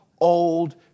old